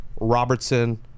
Robertson